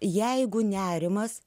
jeigu nerimas